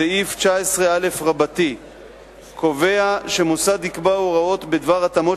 סעיף 19א קובע שמוסד יקבע הוראות בדבר התאמות